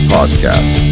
Podcast